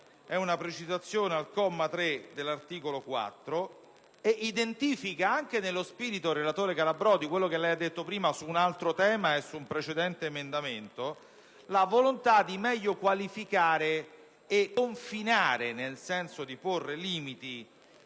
è una precisazione al comma 3 dell'articolo 4 e identifica, anche nello spirito di quello che lei ha detto poc'anzi su un altro tema e su un precedente emendamento, relatore Calabrò, la volontà di meglio qualificare e confinare, nel senso di porre limiti,